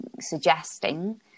suggesting